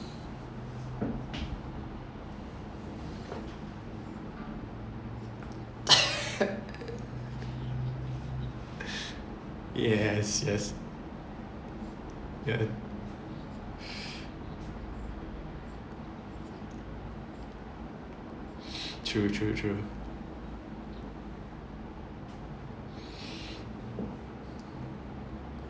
yes yes true true true